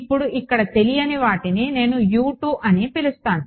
ఇప్పుడు ఇక్కడ తెలియని వాటిని నేను అని పిలుస్తాను